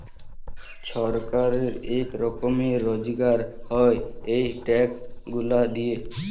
ছরকারের ইক রকমের রজগার হ্যয় ই ট্যাক্স গুলা দিঁয়ে